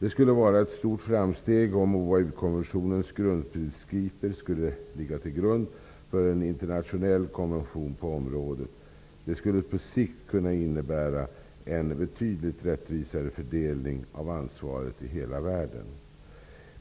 Det skulle vara ett stort framsteg om OAU-konventionens grundprinciper skulle ligga till grund för en internationell konvention på området. Det skulle på sikt kunna innebära en betydligt rättvisare fördelning av ansvaret i hela världen.